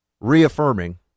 reaffirming